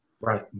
Right